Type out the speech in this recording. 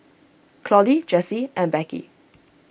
Claudie Jessie and Becky